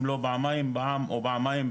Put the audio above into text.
אם לא פעם או פעמיים,